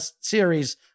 series